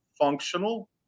functional